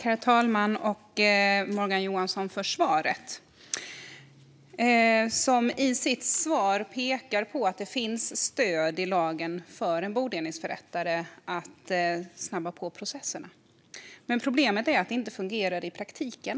Herr talman! Tack, Morgan Johansson, för svaret! I sitt svar pekar Morgan Johansson på att det finns stöd i lagen för en bodelningsförrättare att snabba på processerna. Men problemet är att detta inte fungerar i praktiken.